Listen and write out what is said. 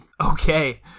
Okay